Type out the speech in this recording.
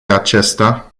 acesta